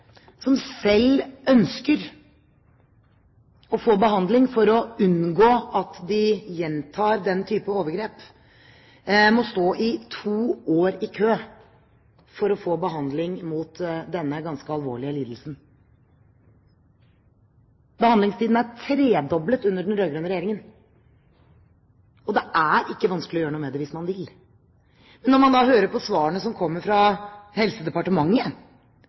som selv ønsker å få behandling for å unngå at de gjentar den type overgrep, må stå to år i kø for å få behandling mot denne ganske alvorlige lidelsen. Behandlingstiden er tredoblet under den rød-grønne regjeringen, og det er ikke vanskelig å gjøre noe med det hvis man vil. Men når man hører på svarene som kommer fra Helsedepartementet,